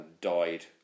died